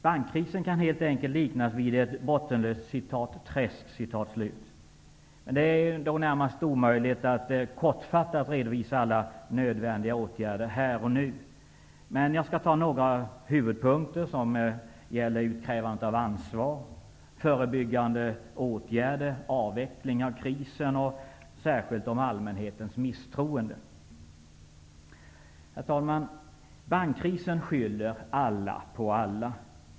Bankkrisen kan helt enkelt liknas vid ett bottenlöst ''träsk''. Men det är närmast omöjligt att kortfattat redovisa alla nödvändiga åtgärder här och nu. Jag skall dock peka på några huvudpunkter som gäller utkrävandet av ansvar, förebyggande åtgärder och avveckling av krisen. Särskilt handlar det om allmänhetens misstroende. Bankkrisen skyller alla på alla.